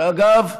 שאגב,